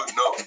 no